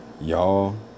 Y'all